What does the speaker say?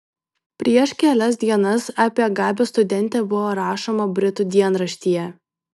prieš kelias dienas apie gabią studentę buvo rašoma britų dienraštyje